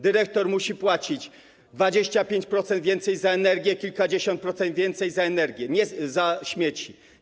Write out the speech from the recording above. Dyrektor musi płacić 25% więcej za energię, kilkadziesiąt procent więcej za śmieci.